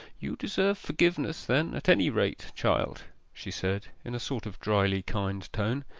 you deserve forgiveness then at any rate, child she said, in a sort of drily-kind tone.